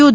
you